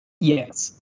yes